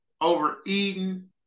overeating